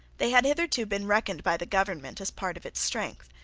they had hitherto been reckoned by the government as part of its strength.